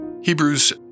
Hebrews